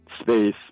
space